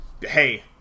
hey